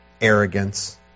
arrogance